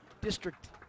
district